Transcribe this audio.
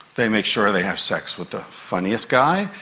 they make sure they have sex with the funniest guy,